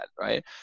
right